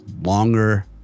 longer